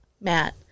Matt